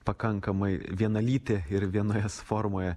pakankamai vienalytį ir vienoje formoje